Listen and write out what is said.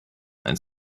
and